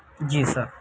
جی سر